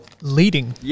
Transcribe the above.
leading